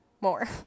more